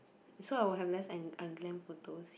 so I will have less un~ unglam photos